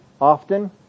often